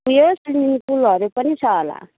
उयो स्विमिङ पुलहरू पनि छ होला